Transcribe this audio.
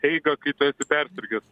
eigą kai tu esi persirgęs